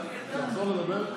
תחזור לדבר?